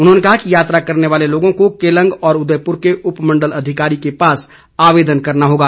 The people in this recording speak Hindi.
उन्होंने कहा कि यात्रा करने वाले लोगों को केलंग व उदयपुर के उपमंडल अधिकारी के पास आवेदन करना होगा